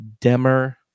Demmer